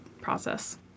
process